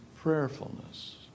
prayerfulness